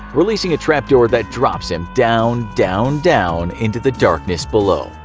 releasing a trap door that drops him down, down, down into the darkness below.